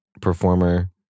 performer